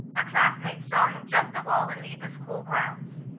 a classmate saw him jump the wall and leave the school grounds.